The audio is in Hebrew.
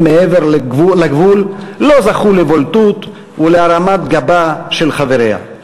מעבר לגבול לא זכו לבולטות ולהרמת גבה של חבריה.